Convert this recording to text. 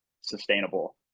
sustainable